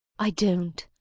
i don't.